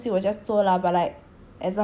我想做的东西我 just 做 lah but like